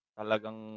talagang